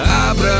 abra